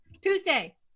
Tuesday